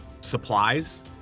supplies